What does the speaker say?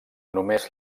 només